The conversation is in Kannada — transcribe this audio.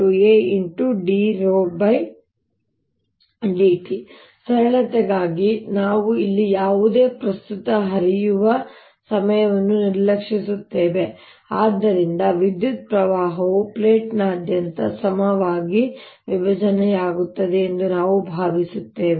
dσ dt ಸರಳತೆಗಾಗಿ ನಾವು ಇಲ್ಲಿ ಯಾವುದೇ ಪ್ರಸ್ತುತ ಹರಿಯುವ ಸಮಯವನ್ನು ನಿರ್ಲಕ್ಷಿಸುತ್ತೇವೆ ಆದ್ದರಿಂದ ವಿದ್ಯುತ್ ಪ್ರವಾಹವು ಪ್ಲೇಟ್ನಾದ್ಯಂತ ಸಮವಾಗಿ ವಿಭಜನೆಯಾಗುತ್ತದೆ ಎಂದು ನಾವು ಭಾವಿಸುತ್ತೇವೆ